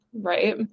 right